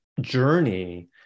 journey